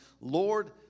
Lord